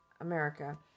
America